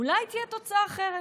אולי תהיה תוצאה אחרת?